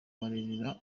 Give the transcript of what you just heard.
kureberera